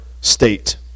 state